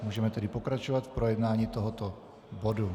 Můžeme tedy pokračovat v projednávání tohoto bodu.